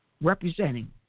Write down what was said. representing